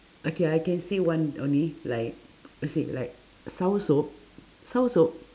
okay I can say one only like as in like soursop soursop